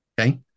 Okay